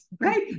right